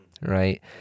right